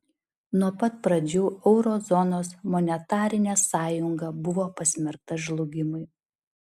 nuo pat pradžių euro zonos monetarinė sąjunga buvo pasmerkta žlugimui